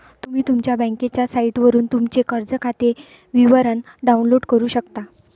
तुम्ही तुमच्या बँकेच्या साइटवरून तुमचे कर्ज खाते विवरण डाउनलोड करू शकता